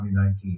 2019